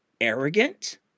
arrogant